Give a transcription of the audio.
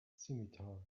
scimitar